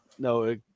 No